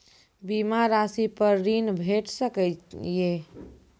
बीमा रासि पर ॠण भेट सकै ये?